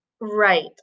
Right